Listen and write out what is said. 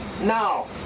Now